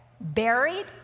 buried